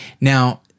now